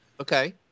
Okay